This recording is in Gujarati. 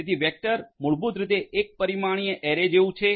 તેથી વેક્ટર મૂળભૂત રીતે એક પરિમાણીય એરે જેવું છે